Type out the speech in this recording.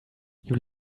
you